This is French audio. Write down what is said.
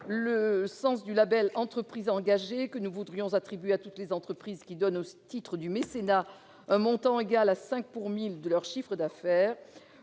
le sens du label Entreprises engagées, que nous voudrions attribuer à toutes les entreprises qui donnent un montant égal à cinq pour mille de leur chiffre d'affaires